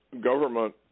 government